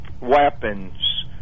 weapons